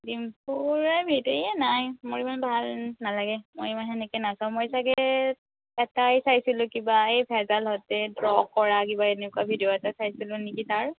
দিম্পুৰ video এই নাই মোৰ ইমান ভাল নালাগে মই ইমান সেনেকৈ নাচাওঁ মই ছাগে এটাই চাইছিলোঁ কিবা এই ভেজাল হাতে ড্ৰ কৰা কিবা এনেকুৱা ভিডিঅ' এটা চাইছিলোঁ নিকি তাৰ